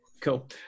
cool